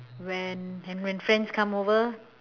when and when friends come over